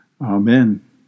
Amen